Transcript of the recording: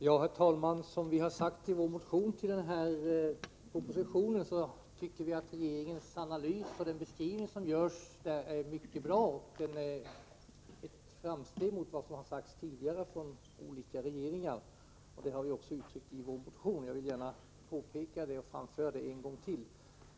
Herr talman! I vpk:s motion med anledning av denna proposition har vi uttryckt att regeringens analys och beskrivning i propositionen är mycket bra. Det är ett framsteg jämfört med vad som tidigare har sagts från olika regeringar. Jag vill gärna framföra det en gång till.